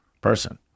person